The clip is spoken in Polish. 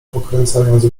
pokręcając